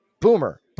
boomer